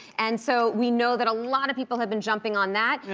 and so we know that a lot of people have been jumping on that, yeah